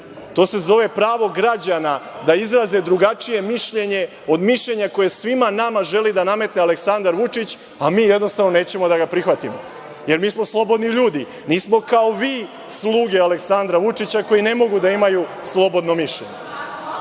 To se zove pravo građana da izraze drugačije mišljenje od mišljenja koje svima nama želi da nametne Aleksandar Vučić, a mi jednostavno nećemo da ga prihvatimo. Jer, mi smo slobodni ljudi, nismo kao vi, sluge Aleksandra Vučića, koji ne mogu da imaju slobodno